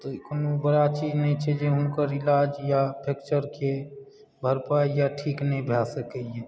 तऽ कोनो बड़ा चीज नहि छै जे हुनका ओकर इलाज या फ्रेक्चरके भरपाइ या ठीक नहि भए सकयए